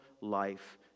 life